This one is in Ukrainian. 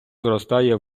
зростає